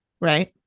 right